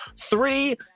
Three